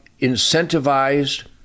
incentivized